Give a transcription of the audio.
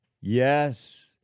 Yes